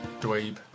dweeb